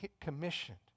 commissioned